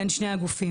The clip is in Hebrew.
בין שני הגופים,